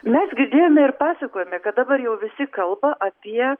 mes girdėjome ir pasakojame kad dabar jau visi kalba apie